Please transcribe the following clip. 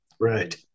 Right